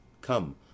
Come